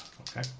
Okay